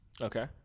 Okay